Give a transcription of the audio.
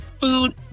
food